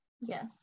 Yes